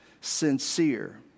sincere